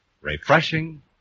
refreshing